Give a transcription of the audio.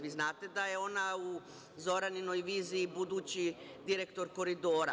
Vi znate da je ona u Zoraninoj viziji budući direktor Koridora.